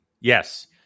Yes